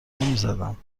میزدم